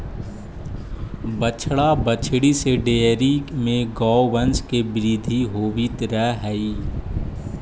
बछड़ा बछड़ी से डेयरी में गौवंश के वृद्धि होवित रह हइ